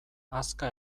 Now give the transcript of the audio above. hazka